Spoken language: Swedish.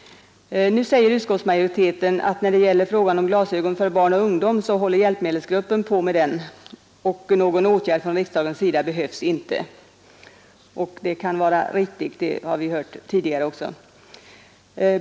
Nu säger utskottsmajoriteten att hjälpmedelsgruppen behandlar frågan om glasögon för barn och ungdom, och att några åtgärder från riksdagens sida inte behövs. Det kan vara riktigt. Det har vi hört tidigare.